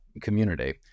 community